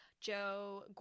Joe